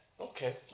Okay